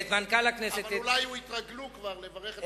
אבל אולי התרגלו כבר לברך,